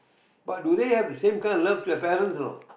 but do they have the same kind of love to their parents or not